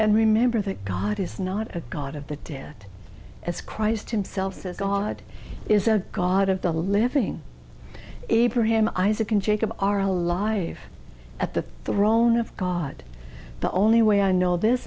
and remember that god is not a god of the debt as christ himself says god is a god of the living abraham isaac and jacob are alive at the throne of god the only way i know this